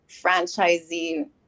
franchisee